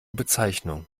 bezeichnung